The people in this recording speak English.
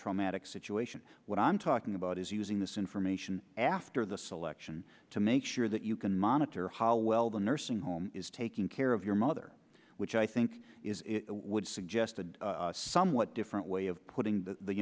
traumatic situation what i'm talking about is using this information after the selection to make sure that you can monitor how well the nursing home is taking care of your mother which i think would suggest a somewhat different way of putting the